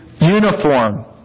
uniform